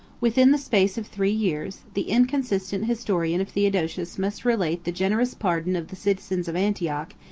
within the space of three years, the inconsistent historian of theodosius must relate the generous pardon of the citizens of antioch,